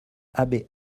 abbé